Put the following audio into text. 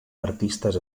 artistes